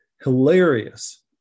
hilarious